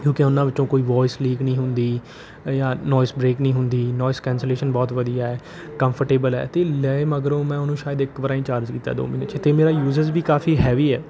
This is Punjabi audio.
ਕਿਉਂਕਿ ਉਨ੍ਹਾਂ ਵਿੱਚੋਂ ਕੋਈ ਵੋਇਸ ਲੀਕ ਨਹੀਂ ਹੁੰਦੀ ਜਾਂ ਨੋਇਸ ਬ੍ਰੇਕ ਨਹੀਂ ਹੁੰਦੀ ਨੋਇਸ ਕੈਂਸਲੇਸ਼ਨ ਬਹੁਤ ਵਧੀਆ ਹੈ ਕੰਫਰਟੇਬਲ ਹੈ ਅਤੇ ਲਏ ਮਗਰੋਂ ਮੈਂ ਉਹਨੂੰ ਸ਼ਾਇਦ ਇੱਕ ਵਾਰ ਹੀ ਚਾਰਜ ਕੀਤਾ ਦੋ ਮਹੀਨੇ 'ਚ ਅਤੇ ਮੇਰਾ ਯੂਜਸ ਵੀ ਕਾਫ਼ੀ ਹੈਵੀ ਹੈ